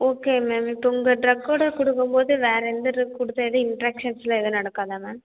okay ma'am இப்போ உங்கள் டிரக்கோட கொடுக்கும்போது வேறு எந்த டிரக் கொடுத்தா எதுவும் இன்ட்ராக்க்ஷன்ஸ்லாம் எதுவும் நடக்காதா மேம்